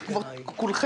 האחריות היא שלי, לא שלו.